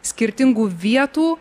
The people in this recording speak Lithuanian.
skirtingų vietų